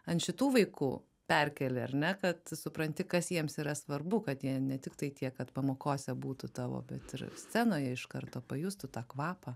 ant šitų vaikų perkeli ar ne kad supranti kas jiems yra svarbu kad jie ne tiktai tie kad pamokose būtų tavo bet ir scenoje iš karto pajustų tą kvapą